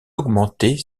augmenter